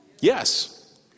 Yes